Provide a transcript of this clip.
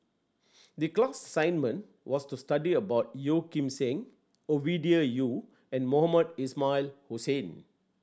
the class assignment was to study about Yeo Kim Seng Ovidia Yu and Mohamed Ismail Hussain